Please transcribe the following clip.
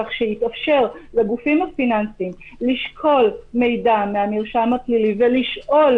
כך שיתאפשר לגופים הפיננסיים לשקול מידע מהמרשם הפלילי ולשאול